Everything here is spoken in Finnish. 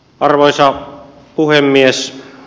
arvoisa puhemies